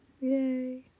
Yay